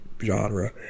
genre